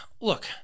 look